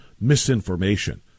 misinformation